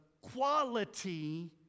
quality